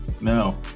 No